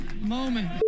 moment